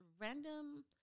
random